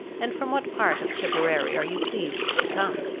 and from what part of tipperary are you pleased to come?